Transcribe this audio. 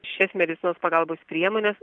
šias medicinos pagalbos priemones